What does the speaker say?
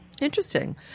Interesting